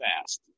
fast